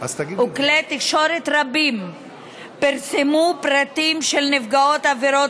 וכלי תקשורת רבים פרסמו פרטים של נפגעות עבירות